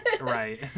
Right